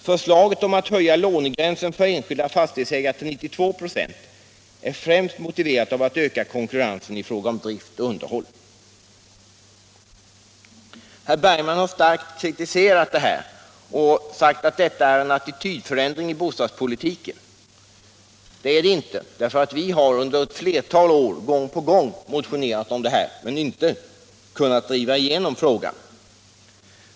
Förslaget att höja lånegränsen för enskilda fastighetsägare till 92 ?6 är främst motiverat av viljan att öka konkurrensen i fråga om drift och underhåll. Herr Bergman = Nr 101 har starkt kritiserat det här och sagt att detta är en attitydförändring Torsdagen den i bostadspolitiken. Men det är det inte, för vi har under flera år, gång 31 mars 1977 på gång, motionerat utan att kunna driva igenom våra förslag.